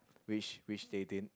which which they didn't